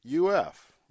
UF